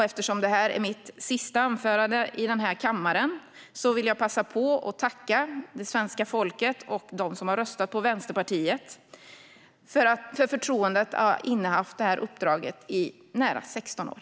Eftersom detta är mitt sista anförande i denna kammare vill jag passa på att tacka det svenska folket och dem som har röstat på Vänsterpartiet för förtroendet att ha fått inneha detta uppdrag i nästan 16 år.